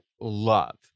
love